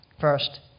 First